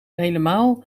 helemaal